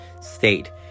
state